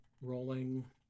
Rolling